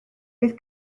beth